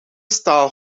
staal